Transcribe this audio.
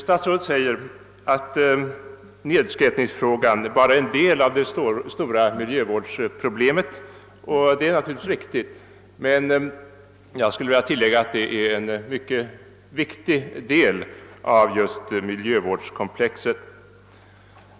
Statsrådet säger att nedskräpningsfrågan bara är en del av det stora miljövårdsproblemet, och det är naturligtvis riktigt, men jag skulle vilja tillägga att den är en mycket viktig del av miljövårdskomplexet.